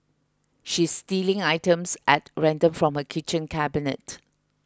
she's stealing items at random from her kitchen cabinet